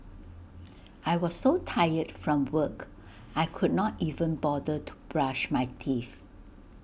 I was so tired from work I could not even bother to brush my teeth